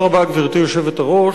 גברתי היושבת-ראש,